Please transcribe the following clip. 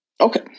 Okay